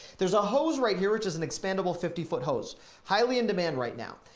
there's a hose right here which is an expandable fifty foot hose highly in demand right now.